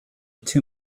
too